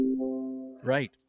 Right